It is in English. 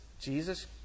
Jesus